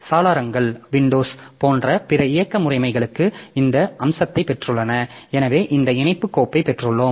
சாளரங்கள் போன்ற பிற இயக்க முறைமைகளும் இந்த அம்சத்தைப் பெற்றுள்ளன எனவே இந்த இணைப்புக் கோப்பைப் பெற்றோம்